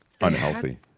unhealthy